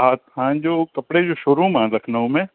हा असांजो कपिड़े जो शोरुम आहे लखनऊ में